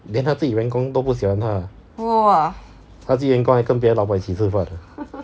连他自己员工都不喜欢他他自己的员工还跟别的老板一起吃饭 ah